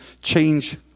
change